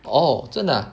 orh 真的 ah